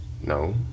No